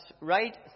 right